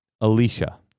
Alicia